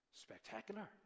Spectacular